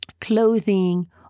clothing